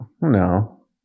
no